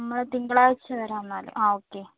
നമ്മൾ തിങ്കളാഴ്ച വരാം എന്നാൽ ആ ഓക്കേ